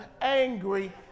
angry